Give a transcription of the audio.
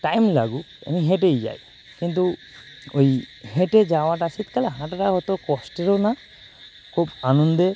time লাগুক আমি হেঁটেই যাই কিন্তু ওই হেঁটে যাওয়াটা শীতকালে হাঁটাটা অতো কষ্টেরও না খুব আনন্দের